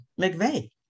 McVeigh